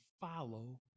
follow